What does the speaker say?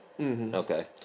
okay